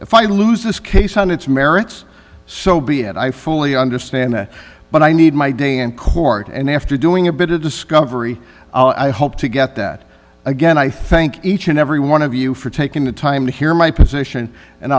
if i lose this case on its merits so be it i fully understand but i need my day in court and after doing a bit of discovery i hope to get that again i thank each and every one of you for taking the time to hear my position and